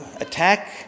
attack